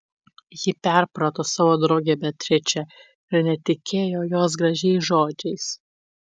ji perprato savo draugę beatričę ir netikėjo jos gražiais žodžiais